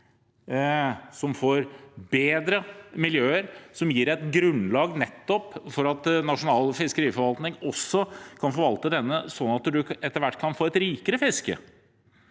som får bedre miljøer, som gir et grunnlag for nasjonal fiskeriforvaltning til å kunne forvalte dette slik at man etter hvert kan få et rikere fiske,